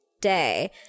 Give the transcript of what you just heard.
day